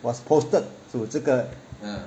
was posted to 这个